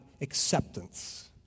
acceptance